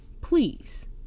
please